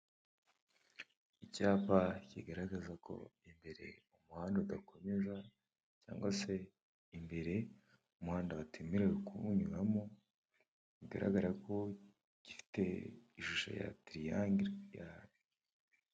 Icyapa kigaragaza ko imbere umuhanda udakomeza, cyangwa se imbere umuhanda batemerewe kuwunyuramo, bigaragara ko gifite ishusho ya tiriyangere ya.